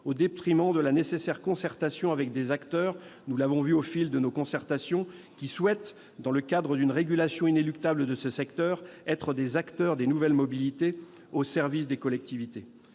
au détriment de la nécessaire concertation avec des acteurs- nous l'avons vu au fil des concertations -qui souhaitent, dans le cadre d'une régulation inéluctable du secteur, s'impliquer dans les nouvelles mobilités au service des collectivités.